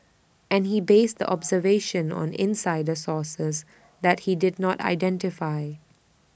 and he based the observation on insider sources that he did not identify